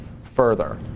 further